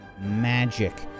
magic